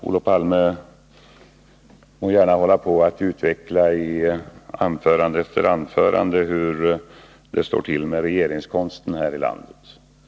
Herr talman! Olof Palme må gärna i anförande efter anförande utveckla hur det står till med regeringskonsten här i landet.